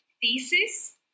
thesis